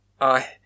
I